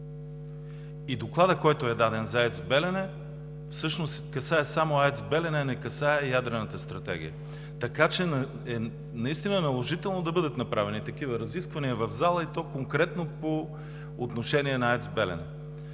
и доклада, който е даден за АЕЦ „Белене“, всъщност касае само АЕЦ „Белене“, а не касае ядрената стратегия. Така че е наложително да бъдат направени такива разисквания в залата и то конкретно по отношение на АЕЦ „Белене“.